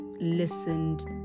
listened